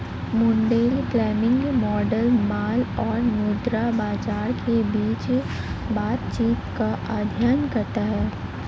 Mundell Fleming model माल और मुद्रा बाजार के बीच बातचीत का अध्ययन करता है